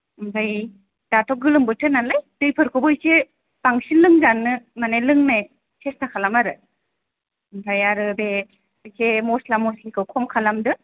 ओमफ्राय दाथ' गोलोम बोथोर नालाय दैफोरखौबो इसे बांसिन लोंजानो माने लोंनाय सेस्था खालाम आरो ओमफ्राय आरो बे इसे मस्ला मसलिखौ खम खालामदो